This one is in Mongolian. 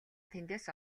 тэндээс